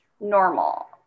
normal